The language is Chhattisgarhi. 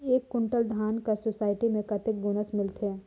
एक कुंटल धान कर सोसायटी मे कतेक बोनस मिलथे?